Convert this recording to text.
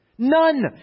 None